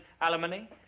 alimony